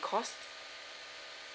cost